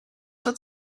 wat